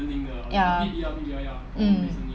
ya mm